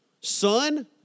Son